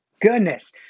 goodness